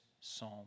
psalm